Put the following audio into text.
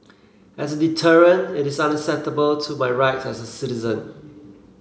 as a deterrent it is unacceptable to my rights as a citizen